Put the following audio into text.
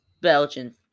Belgian